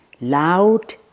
loud